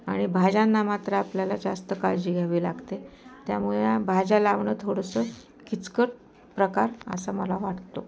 आणि भाज्यांना मात्र आपल्याला जास्त काळजी घ्यावी लागते त्यामुळे भाज्या लावणं थोडंसं किचकट प्रकार असं मला वाटतं